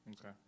Okay